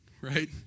right